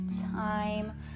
time